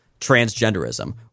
transgenderism